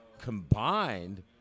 combined